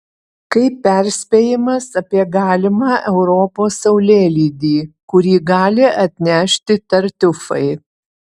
kaip perspėjimas apie galimą europos saulėlydį kurį gali atnešti tartiufai